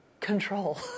control